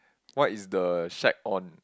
what is the shag on